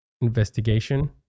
investigation